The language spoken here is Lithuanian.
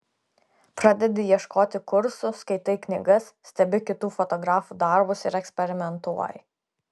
pradedi ieškoti kursų skaitai knygas stebi kitų fotografų darbus ir eksperimentuoji